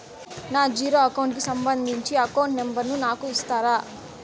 నా zero account కి సంబంధించి అకౌంట్ నెంబర్ ను నాకు ఇస్తారా